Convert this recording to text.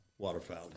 Waterfowl